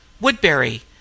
Woodbury